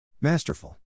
Masterful